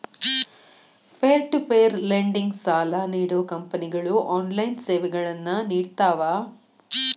peer to peer lending ಸಾಲಾ ನೇಡೋ ಕಂಪನಿಗಳು ಆನ್ಲೈನ್ ಸೇವೆಗಳನ್ನ ನೇಡ್ತಾವ